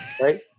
Right